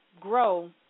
grow